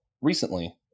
recently